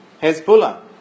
Hezbollah